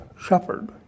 shepherd